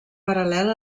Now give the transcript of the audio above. paral·lel